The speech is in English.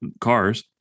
cars